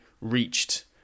reached